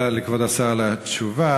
תודה לכבוד השר על התשובה.